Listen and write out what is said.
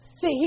See